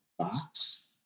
Box